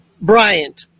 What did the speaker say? Bryant